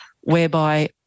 whereby